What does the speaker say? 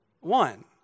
One